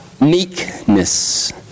meekness